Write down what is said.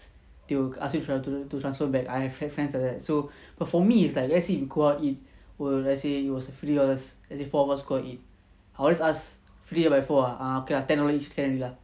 they will ask you have to to transfer back I've had friends like that so but for me it's like let's say we go out eat so let's say it was fifty dollars as in four of us go out eat I will just ask us fifty divided by four ah err okay lah ten dollar each can already lah